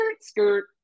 Skirt